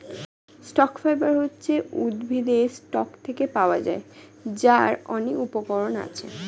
stock fibre হচ্ছে উদ্ভিদের stalk থেকে পাওয়া যায়, যার অনেক উপকরণ আছে